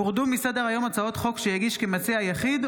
הורדו מסדר-היום הצעות חוק שהגיש כמציע יחיד,